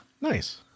nice